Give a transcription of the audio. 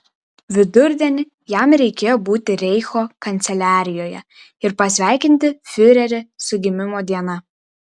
vidurdienį jam reikėjo būti reicho kanceliarijoje ir pasveikinti fiurerį su gimimo diena